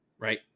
right